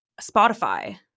Spotify